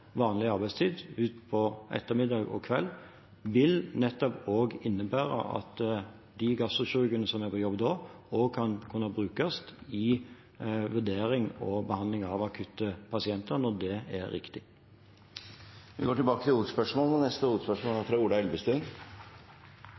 vanlig arbeidstid, på ettermiddag og kveld, nettopp vil innebære at de gastrokirurgene som er på jobb da, også kan brukes i vurdering og behandling av akuttpasienter når det er riktig. Vi går til neste hovedspørsmål. Mitt spørsmål går til barne- og likestillingsministeren. I et moderne og sammensatt samfunn er